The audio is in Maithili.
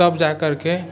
तब जाकरके